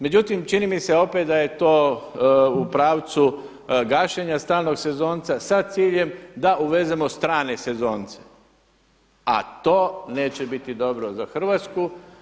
Međutim, čini mi se opet da je to u pravcu gašenja stalnog sezonca sa ciljem da uvezemo strane sezonce, a to neće biti dobro za Hrvatsku.